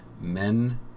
men